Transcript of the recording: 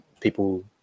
people